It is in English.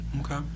Okay